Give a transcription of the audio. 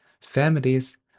families